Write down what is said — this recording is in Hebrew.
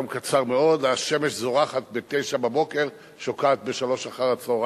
יום קצר מאוד: השמש זורחת ב-09:00 ושוקעת ב-15:00,